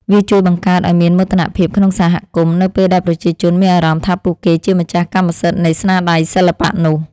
វាជួយបង្កើតឱ្យមានមោទនភាពក្នុងសហគមន៍ នៅពេលដែលប្រជាជនមានអារម្មណ៍ថាពួកគេជាម្ចាស់កម្មសិទ្ធិនៃស្នាដៃសិល្បៈនោះ។